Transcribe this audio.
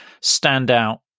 standout